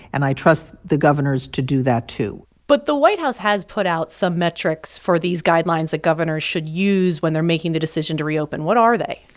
and i trust the governors to do that, too but the white house has put out some metrics for these guidelines that governors should use when they're making the decision to reopen. what are they?